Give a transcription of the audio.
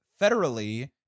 federally